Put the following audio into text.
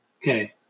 Okay